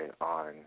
on